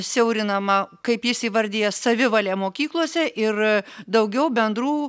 siaurinama kaip jis įvardija savivalė mokyklose ir daugiau bendrų